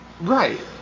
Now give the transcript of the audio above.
right